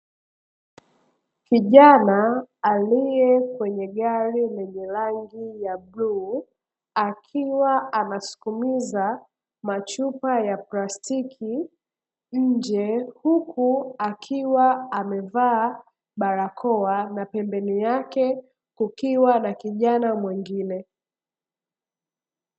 Kijana aliye kwenye gari lenye rangi ya bluu, akiwa anasukumiza machupa ya plastiki nje, huku akiwa amevaa barakoa na pembeni yake kukiwa na kijana mwingine.